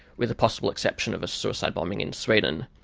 with a possible exception of a suicide bombing in sweden.